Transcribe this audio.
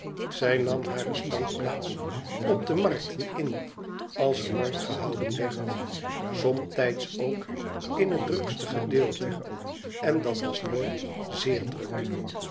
zij nam hare standplaats op de markten in als er markt gehouden werd somtijds ook in t drukste gedeelte en dat was nooit zéér druk